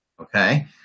okay